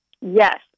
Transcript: Yes